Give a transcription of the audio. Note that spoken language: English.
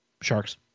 Sharks